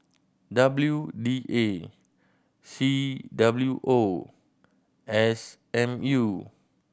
W D A C W O S M U